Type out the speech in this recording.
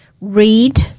read